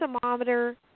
thermometer